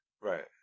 Right